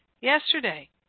yesterday